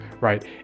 Right